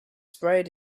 sprayed